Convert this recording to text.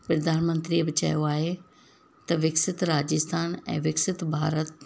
प्रधानमंत्रीअ बि चयो आहे त विकसित राजस्थान ऐं विकसित भारत